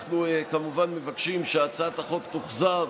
אנחנו כמובן מבקשים שהצעת החוק תוחזר